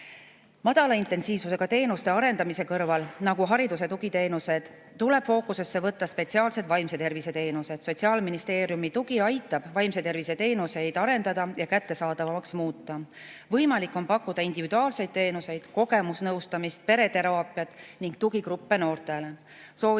Madala intensiivsusega teenuste arendamise kõrval, nagu hariduse tugiteenused, tuleb fookusesse võtta spetsiaalsed vaimse tervise teenused. Sotsiaalministeeriumi tugi aitab vaimse tervise teenuseid arendada ja kättesaadavamaks muuta. Võimalik on pakkuda individuaalseid teenuseid, kogemusnõustamist, pereteraapiat ning tugigruppe noortele.